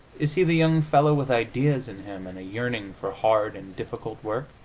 is he the young fellow with ideas in him, and a yearning for hard and difficult work?